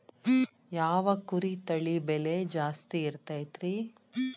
ಯಾವ ಕುರಿ ತಳಿ ಬೆಲೆ ಜಾಸ್ತಿ ಇರತೈತ್ರಿ?